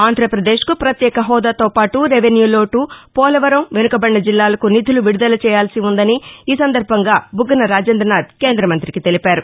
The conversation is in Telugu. ఆంధ్రప్రదేశ్ కు ప్రత్యేక హోదాతోపాటు రెవెన్యూ లోటు పోలవరం వెనుకబడిన జిల్లాలకు నిధులు విడుదల చేయాల్సి ఉందని ఈ సందర్బంగా బుగ్గస రాజేందనాధ్ కేంద్రమంతికి తెలిపారు